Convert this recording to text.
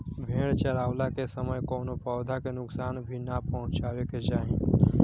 भेड़ चरावला के समय कवनो पौधा के नुकसान भी ना पहुँचावे के चाही